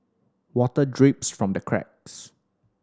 water drips from the cracks